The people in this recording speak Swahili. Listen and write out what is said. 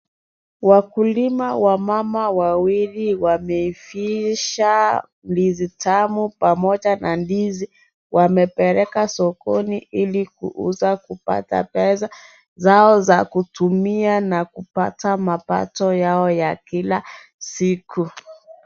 Wakulima wamama wawili wamevisha ndizi tamu pamoja na ndizi. Wamepeleka sokoni ili kuuza kupata pesa zao za kutumia na kupata mapato yao ya kila siku.